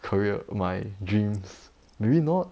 career my dream maybe not